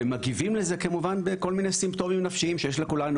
והם מגיבים לזה כמובן בכל מיני סימפטומים נפשיים שיש לכולנו,